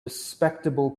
respectable